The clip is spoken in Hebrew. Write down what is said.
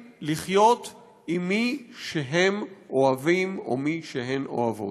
לחיות עם מי שהם אוהבים או מי שהן אוהבות.